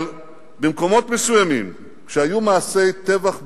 אבל במקומות מסוימים, כשהיו מעשי טבח ברורים,